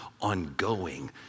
ongoing